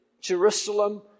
Jerusalem